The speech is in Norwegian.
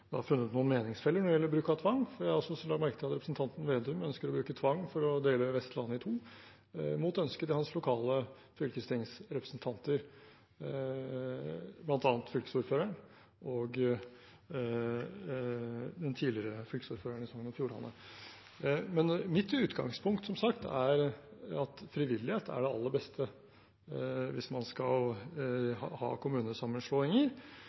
ønsker å bruke tvang for å dele Vestland i to, mot ønsket til hans lokale fylkestingsrepresentanter, bl.a. fylkesordføreren og den tidligere fylkesordføreren i Sogn og Fjordane. Mitt utgangspunkt er, som sagt, at frivillighet er det aller beste hvis man skal ha kommunesammenslåinger.